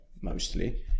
mostly